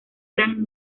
gran